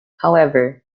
however